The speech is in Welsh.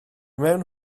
mewn